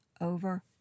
over